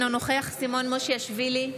אינו נוכח סימון מושיאשוילי,